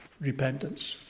repentance